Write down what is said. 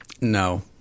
No